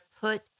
put